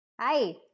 Hi